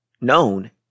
known